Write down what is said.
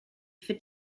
for